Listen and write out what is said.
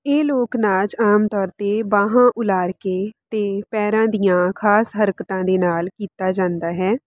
ਇਹ ਲੋਕ ਨਾਚ ਆਮ ਤੌਰ 'ਤੇ ਬਾਹਾਂ ਉਲਾਰ ਕੇ ਅਤੇ ਪੈਰਾਂ ਦੀਆਂ ਖ਼ਾਸ ਹਰਕਤਾਂ ਦੇ ਨਾਲ ਕੀਤਾ ਜਾਂਦਾ ਹੈ